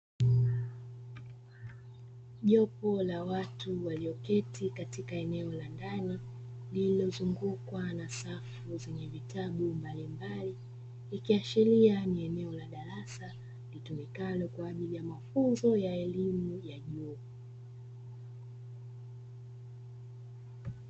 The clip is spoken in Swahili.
Jopu la watu walioketi katika eneo la ndani lililozungukwa na safu zenye vitabu mbalimbali ikiashiria nai eneola darasa lituimikalo kwaajili ya mafunzo ya elimu ya juu.